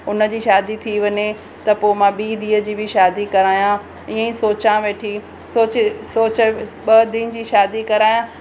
उनजी शादी थी वञे त पोइ मां ॿी धीउ जी बि शादी करायां ईअं ई सोचियां वेठी सोचे सोच ॿ धीअनि जी शादी करायां